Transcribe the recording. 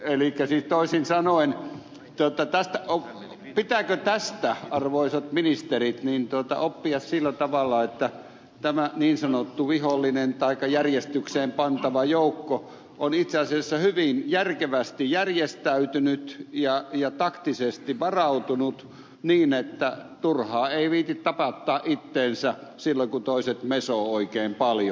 elikkä siis toisin sanoen pitääkö tästä arvoisat ministerit oppia että tämä niin sanottu vihollinen taikka järjestykseen pantava joukko on itse asiassa hyvin järkevästi järjestäytynyt ja taktisesti varautunut niin että turhaan ei viitsi tapattaa itseänsä silloin kun toiset mesoavat oikein paljon